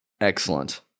Excellent